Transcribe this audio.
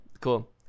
Cool